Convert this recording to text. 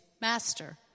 Master